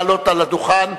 לעלות על הדוכן.